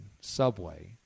subway